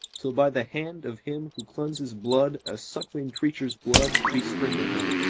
till by the hand of him who cleanses blood a suckling creature's blood besprinkle him.